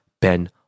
Ben